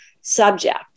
subject